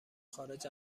خارج